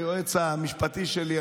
היועץ המשפטי שלי,